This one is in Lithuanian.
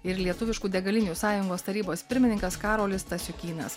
ir lietuviškų degalinių sąjungos tarybos pirmininkas karolis stasiukynas